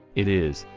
it is,